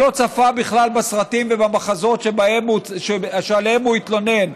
שלא צפה בכלל בסרטים ובמחזות שעליהם הוא התלונן.